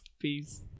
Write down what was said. peace